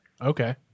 okay